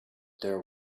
there